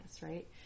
right